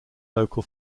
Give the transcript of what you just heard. local